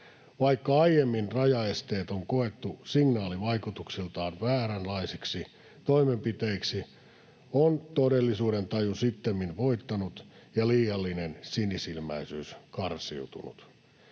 Vaikka aiemmin rajaesteet on koettu signaalivaikutuksiltaan vääränlaisiksi toimenpiteiksi, on todellisuudentaju sittemmin voittanut ja liiallinen sinisilmäisyys karsiutunut.